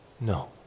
No